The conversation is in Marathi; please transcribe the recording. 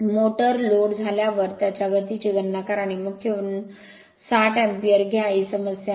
मोटर लोड झाल्यावर त्याच्या गतीची गणना करा आणि मुख्य वरून 60 अँपिअर घ्या ही समस्या आहे